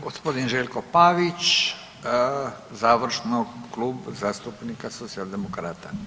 Gospodin Željko Pavić, završno Klub zastupnika Socijaldemokrata.